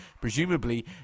Presumably